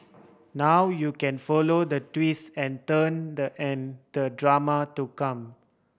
now you can follow the twist and turn the the drama to come